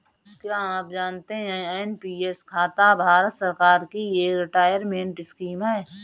क्या आप जानते है एन.पी.एस खाता भारत सरकार की एक रिटायरमेंट स्कीम है?